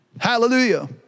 Hallelujah